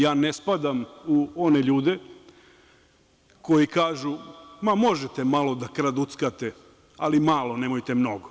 Ja ne spadam u one ljude koji kažu – ma možete malo da kraduckate, ali malo, nemojte mnogo.